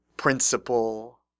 principle